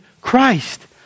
Christ